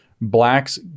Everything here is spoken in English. blacks